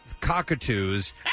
cockatoos